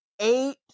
eight